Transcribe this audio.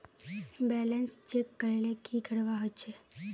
Balance check करले की करवा होचे?